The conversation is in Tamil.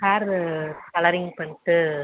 ஹேரு கலரிங் பண்ணிட்டு